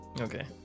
Okay